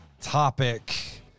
topic